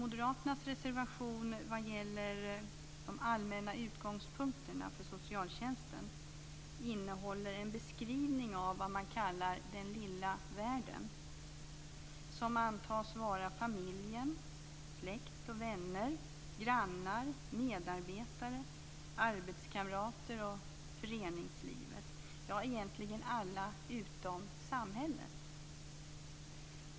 Moderaternas reservation vad gäller de allmänna utgångspunkterna för socialtjänsten innehåller en beskrivning av vad man kallar den lilla världen, som antas vara familjen, släkt och vänner, grannar, medarbetare, arbetskamrater och föreningslivet. Ja, egentligen alla utom samhället.